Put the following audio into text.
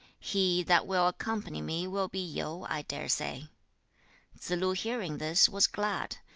he that will accompany me will be yu, i dare say tsze-lu hearing this was glad,